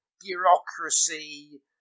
bureaucracy